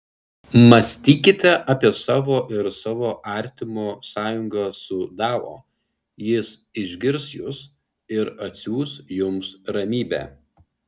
mąstykite apie savo ir savo artimo sąjungą su dao jis išgirs jus ir atsiųs jums ramybę